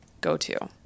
go-to